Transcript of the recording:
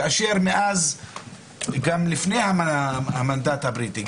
כאשר גם לפני המנדט הבריטי,